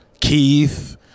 Keith